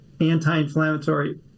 anti-inflammatory